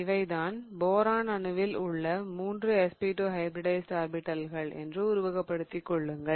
இவைதான் போரான் அணுவில் உள்ள மூன்று sp2 ஹைபிரிடைஸிட் ஆர்பிடல்கள் என்று உருவகப்படுத்திக் கொள்ளுங்கள்